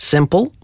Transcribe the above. Simple